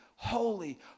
Holy